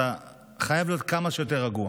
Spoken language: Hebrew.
אתה חייב להיות כמה שיותר רגוע